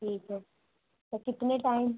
ठीक है तो कितने टाइम